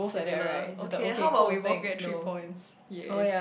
similar okay how about we work get three points